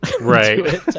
Right